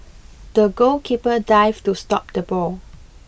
the goalkeeper dived to stop the ball